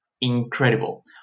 incredible